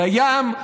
לים,